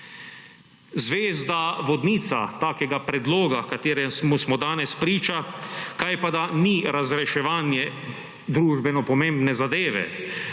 Zvezda vodnica takega predloga, kateremu smo danes priča, kajpada ni razreševanje družbeno pomembne zadeve,